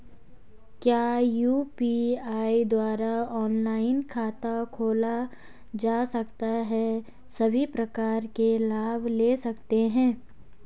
क्या यु.पी.आई द्वारा ऑनलाइन खाता खोला जा सकता है सभी प्रकार के लाभ ले सकते हैं?